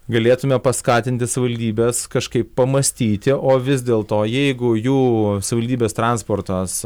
galėtume paskatinti savivaldybes kažkaip pamąstyti o vis dėl to jeigu jų savivaldybės transportas